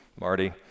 Marty